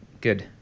good